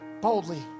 Boldly